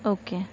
okay